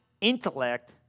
intellect